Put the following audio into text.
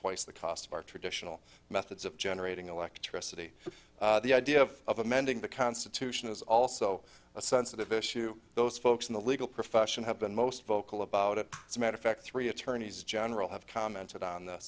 twice the cost of our traditional methods of generating electricity the idea of amending the constitution is also a sensitive issue those folks in the legal profession have been most vocal about it as a matter of fact three attorneys general have commented on